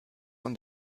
und